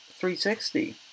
360